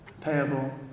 payable